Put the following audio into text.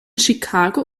chicago